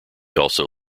also